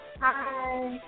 hi